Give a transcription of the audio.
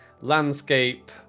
landscape